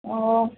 ꯑꯣ